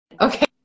Okay